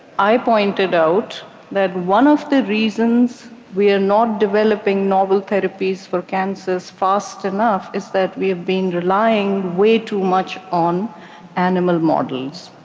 i pointed out that one of the reasons we're not developing novel therapies for cancers fast enough is that we've been relying way too much on animal models.